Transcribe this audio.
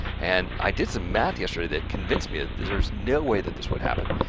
and i did some math yesterday that convinced me there's there's no way that this would happen,